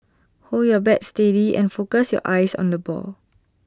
hold your bat steady and focus your eyes on the ball